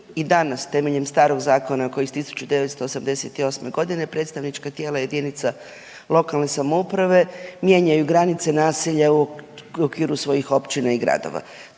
i danas temeljem starog zakona koji je iz 1988. g. predstavnička tijela jedinice lokalne samouprave mijenjaju granice naselja, u okviru svojih općina i gradova.